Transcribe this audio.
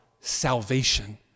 salvation